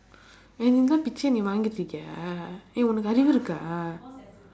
வாங்கிட்டு இருக்கியா:vaangkitdu irukkiyaa eh உனக்கு அறிவு இருக்கா:unakku arivu irukkaa